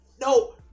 No